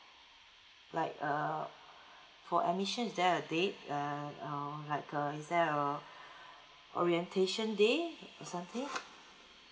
like err for admission is there a date uh uh like a is that uh orientation day or something